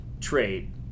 trade